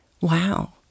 wow